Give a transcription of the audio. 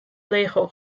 lego